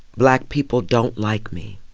black people don't like me.